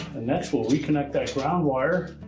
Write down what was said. and next, we'll reconnect that ground wire